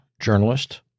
journalist